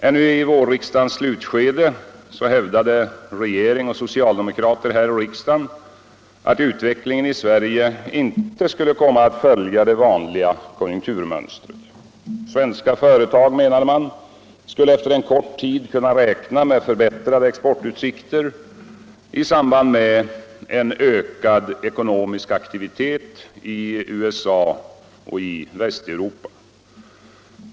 Ännu i vårriksdagens slutskede hävdade regeringen och socialdemo krater här i riksdagen, att utvecklingen i Sverige inte skulle komma att följa det vanliga konjunkturmönstret. Svenska företag, menade man, skulle efter en kort tid kunna räkna med förbättrade exportutsikter i samband med en ökad ekonomisk aktivitet i USA och Västeuropa.